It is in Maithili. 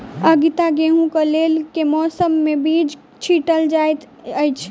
आगिता गेंहूँ कऽ लेल केँ मौसम मे बीज छिटल जाइत अछि?